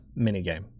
minigame